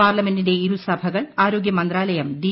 പാർലമെന്റിന്റെ ഇർുസ്ഭകൾ ആരോഗൃ മന്ത്രാലയം ഡി